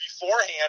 beforehand